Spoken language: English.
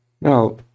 Now